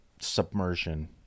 submersion